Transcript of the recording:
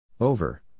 Over